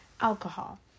Alcohol